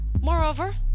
Moreover